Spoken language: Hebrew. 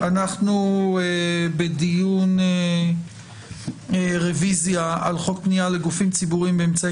אנחנו בדיון רביזיה על חוק פנייה לגופים ציבוריים באמצעי